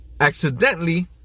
accidentally